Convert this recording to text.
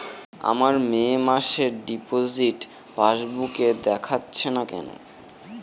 আমার মে মাসের ডিপোজিট পাসবুকে দেখাচ্ছে না কেন?